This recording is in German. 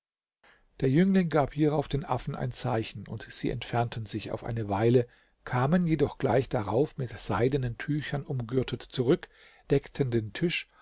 der jüngling gab hierauf den affen ein zeichen und sie entfernten sich auf eine weile kamen jedoch gleich darauf mit seidenen tüchern umgürtet zurück deckten den tisch